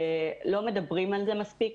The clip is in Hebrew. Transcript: לא מדברים על זה מספיק.